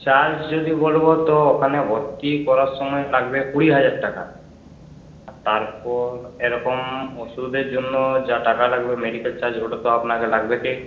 charge যদি বলব তো ওখানে ভর্তি করার সময় লাগবে কুড়ি হাজার টাকা আর তারপর এরকম ওষুধের জন্য যা টাকা লাগবে মেডিকেল চার্জ ওটা তো আপনাকে লাগবেই